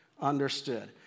understood